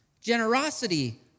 Generosity